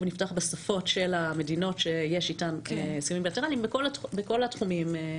נפתח בשפות של המדינות שיש אתן הסכמים בילטראליים בכל התחומים.